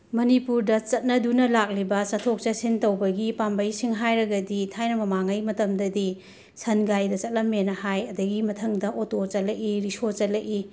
ꯃꯅꯤꯄꯨꯔꯗ ꯆꯠꯅꯗꯨꯅ ꯂꯥꯛꯂꯤꯕ ꯆꯠꯊꯣꯛ ꯆꯠꯁꯤꯟ ꯇꯧꯕꯒꯤ ꯄꯥꯝꯕꯩꯁꯤꯡ ꯍꯥꯏꯔꯒꯗꯤ ꯊꯥꯏꯅ ꯃꯃꯥꯡꯉꯩ ꯃꯇꯝꯗꯗꯤ ꯁꯟꯒꯥꯔꯤꯗ ꯆꯠꯂꯝꯃꯤꯅ ꯍꯥꯏ ꯑꯗꯒꯤ ꯃꯊꯪꯗ ꯑꯣꯇꯣ ꯆꯠꯂꯛꯏ ꯔꯤꯛꯁꯣ ꯆꯠꯂꯛꯏ